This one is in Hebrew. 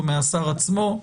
או מהשר עצמו.